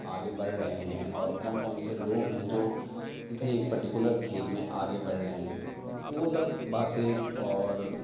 آگے بڑھ رہے ہیں اور کون کون سے لوگ ہیں جو کسی ایک پرٹیکولر کھیل میں آگے بڑھ رہے ہیں تو وہ سب باتیں اور